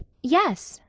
yes.